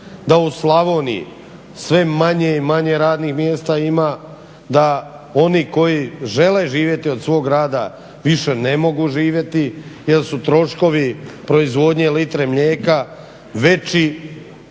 Da u Slavoniji sve manje i manje radnih mjesta ima, da oni koji žele živjeti od svog rada više ne mogu živjeti jer su troškovi proizvodnje litre mlijeka veći